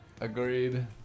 Agreed